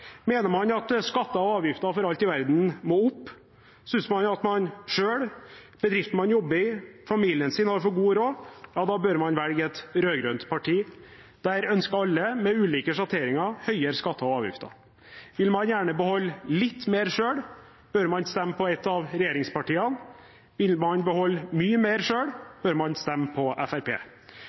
Mener man at skatter og avgifter for alt i verden må opp – synes man at man selv, bedriften man jobber i, eller familien, har så god råd – bør man velge et rød-grønt parti. Der ønsker alle med ulike sjatteringer høyere skatter og avgifter. Vil man gjerne beholde litt mer selv, bør man stemme på et av regjeringspartiene. Vil man beholde mye mer selv, bør man stemme på